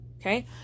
Okay